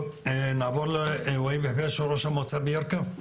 נעבור לוהיב חביש, ראש מועצת ירכא.